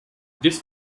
this